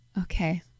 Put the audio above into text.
okay